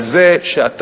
על זה שאתה,